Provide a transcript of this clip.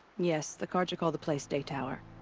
yes, the carja call the place daytower.